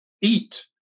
eat